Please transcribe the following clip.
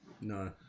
no